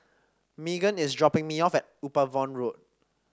Meagan is dropping me off at Upavon Road